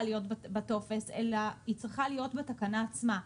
להיות בטופס אלא היא צריכה להיות בתקנה עצמה.